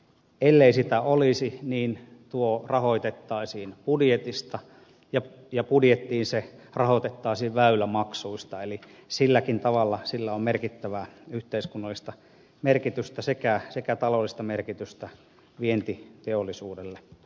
ellei sitä olisi tuo rahoitettaisiin budjetista ja budjettiin se rahoitettaisiin väylämaksuista eli silläkin tavalla sillä on merkittävää yhteiskunnallista merkitystä sekä taloudellista merkitystä vientiteollisuudelle